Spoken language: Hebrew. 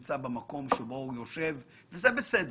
שנמצא במקום בו הוא יושב, שזה בסדר,